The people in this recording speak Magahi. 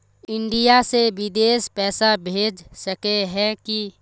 इंडिया से बिदेश पैसा भेज सके है की?